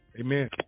Amen